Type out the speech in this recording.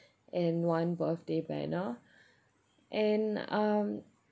and one birthday banner and um